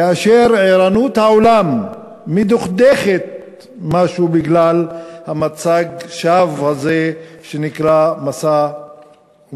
כאשר ערנות העולם מדוכאת משהו בגלל מצג השווא הזה שנקרא משא-ומתן.